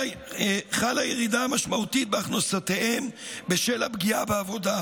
חלה ירידה משמעותית בהכנסותיהם בשל הפגיעה בעבודה,